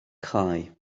cau